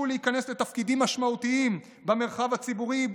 להיכנס לתפקידים משמעותיים במרחב הציבורי,